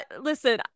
listen